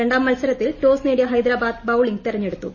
രണ്ടാം മത്സരത്തിൽ ടോസ് നേടിയ ഹൈദരാബാദ് ബൌളിങ് തെരഞ്ഞെടുത്തു